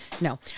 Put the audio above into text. No